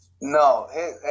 No